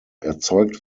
erzeugt